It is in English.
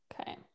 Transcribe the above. Okay